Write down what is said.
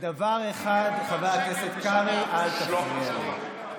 איך זה לשבת במשרדים במיליון שקל בשנה?